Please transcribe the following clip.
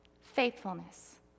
faithfulness